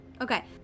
Okay